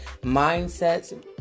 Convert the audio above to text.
mindsets